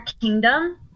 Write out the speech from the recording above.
kingdom